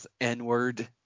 N-Word